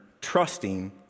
trusting